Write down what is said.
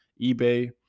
eBay